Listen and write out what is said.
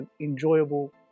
enjoyable